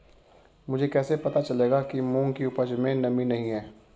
मुझे कैसे पता चलेगा कि मूंग की उपज में नमी नहीं है?